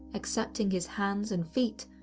accepting his hands, and feet,